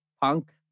punk